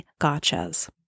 gotchas